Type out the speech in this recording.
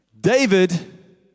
David